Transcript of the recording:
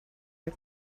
are